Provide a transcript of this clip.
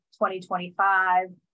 2025